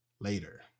later